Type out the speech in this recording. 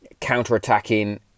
counter-attacking